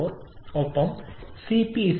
4 ഒപ്പം cp 1